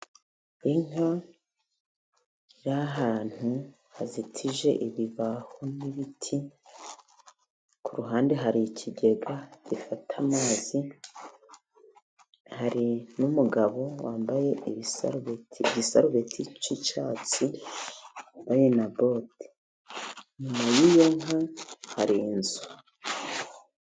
Inka iri ahantu hazitije ibibaho n'ibiti, ku ruhande hari ikigega gifata amazi, hari n'umugabo wambaye ibisarubeti, igisarubeti k'icyatsi wambaye na bote. Inyuma y'iyo nka, hari inzu.